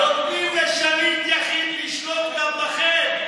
נותנים לשליט יחיד לשלוט גם בכם.